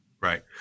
Right